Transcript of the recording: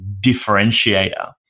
differentiator